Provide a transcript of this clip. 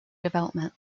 development